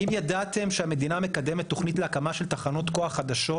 האם ידעתם שהמדינה מקדמת תוכנית להקמה של תחנות כוח חדשות,